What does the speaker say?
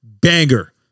Banger